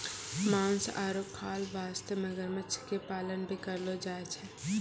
मांस आरो खाल वास्तॅ मगरमच्छ के पालन भी करलो जाय छै